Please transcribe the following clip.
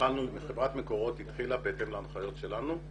חברת מקורות התחילה, בהתאם להנחיות שלנו,